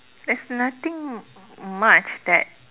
there's nothing much that